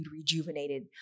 rejuvenated